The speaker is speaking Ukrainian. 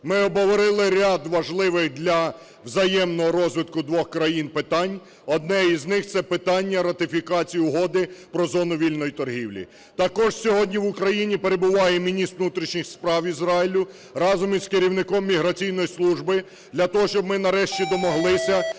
Ми обговорили ряд важливих для взаємного розвитку двох країн питань. Одне із них, це питання ратифікації Угоди про зону вільної торгівлі. Також сьогодні в Україні перебуває міністр внутрішніх справ Ізраїлю разом із керівником міграційної служби для того, щоб ми нарешті домоглися,